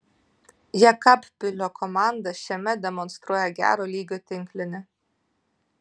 jekabpilio komanda šiemet demonstruoja gero lygio tinklinį